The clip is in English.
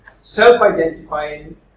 Self-identifying